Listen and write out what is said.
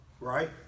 Right